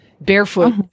Barefoot